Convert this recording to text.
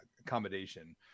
accommodation